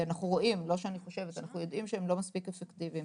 אנחנו רואים ויודעים שהם לא מספיק אפקטיביים.